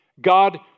God